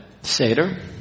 Seder